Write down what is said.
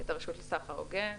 הרשות לסחר הוגן,